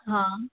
हा